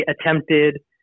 attempted